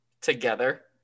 together